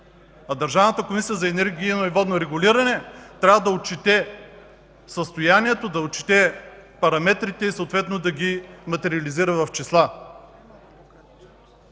а Държавната комисия за енергийно и водно регулиране трябва да отчете състоянието, параметрите и съответно да ги материализира в числа.